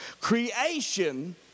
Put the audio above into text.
Creation